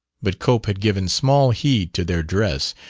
but cope had given small heed to their dress,